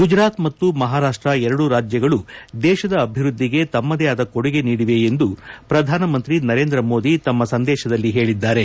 ಗುಜರಾತ್ ಮತ್ತು ಮಹಾರಾಷ್ಟ ಎರಡೂ ರಾಜ್ಯಗಳು ದೇಶದ ಅಭಿವೃದ್ದಿಗೆ ತಮ್ಮದೇ ಆದ ಕೊಡುಗೆಗಳನ್ನು ನೀಡಿವೆ ಎಂದು ಪ್ರಧಾನ ಮಂತ್ರಿ ನರೇಂದ್ರ ಮೋದಿ ತಮ್ಮ ಸಂದೇಶದಲ್ಲಿ ಹೇಳಿದ್ದಾರೆ